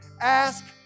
ask